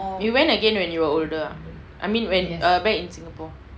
you went again when you are older ah I mean when err back in singapore